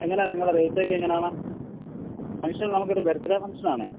എങ്ങനെയാണ് നിങ്ങളുടെ റേറ്റൊക്കെ എങ്ങനെയാണ് ഫങ്ങ്ഷന് നമുക്കൊരു ബര്ത്ത്ഡേ ഫങ്ങ്ഷന് ആണ്